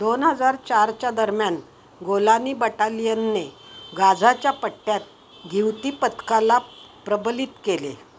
दोन हजार चारच्या दरम्यान गोलानी बटालियनने गाजाच्या पट्ट्यात घिवती पथकाला प्रबलित केले